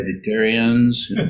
vegetarians